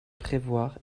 prévoir